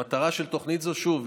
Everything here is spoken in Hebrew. המטרה של תוכנית זו היא שוב,